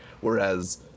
whereas